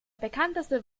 bekannteste